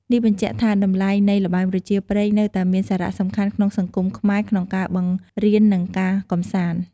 នេះបញ្ជាក់ថា តម្លៃនៃល្បែងប្រជាប្រិយនៅតែមានសារៈសំខាន់ក្នុងសង្គមខ្មែរ ក្នុងការបង្រៀននិងការកម្សាន្ត។